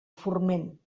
forment